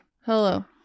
Hello